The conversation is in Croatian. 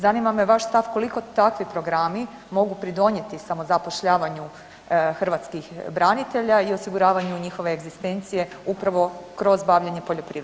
Zanima me vaš stav koliko takvi programi mogu pridonijeti samozapošljavanju hrvatskih branitelja i osiguravanju njihove egzistencije upravo kroz bavljenje poljoprivredom.